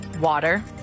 water